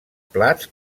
plats